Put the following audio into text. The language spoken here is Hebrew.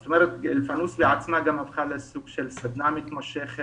זאת אומרת אלפאנוס בעצמה גם הפכה לסוג של סדנה מתמשכת,